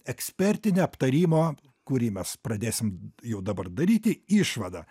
ekspertinę aptarimo kurį mes pradėsim jau dabar daryti išvadą